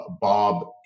Bob